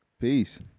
Peace